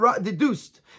deduced